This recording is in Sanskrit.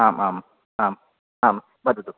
आम् आम् आम् आम् वदतु